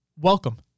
Welcome